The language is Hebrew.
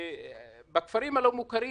הכפרים הלא מוכרים